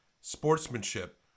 Sportsmanship